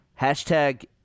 Hashtag